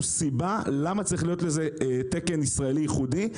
סיבה שצריך להיות לזה תקן ישראלי ייחודי.